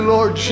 Lord